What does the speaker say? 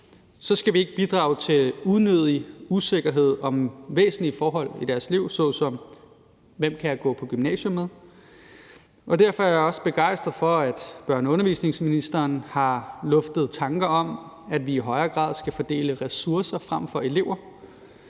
så skal vi ikke bidrage til unødig usikkerhed om væsentlige forhold i deres liv, såsom hvem de kan gå på gymnasium med. Derfor er også jeg begejstret for, at børne- og undervisningsministeren har luftet tanker om, at vi i højere grad skal fordele ressourcer frem for elever.